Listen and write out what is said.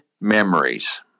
memories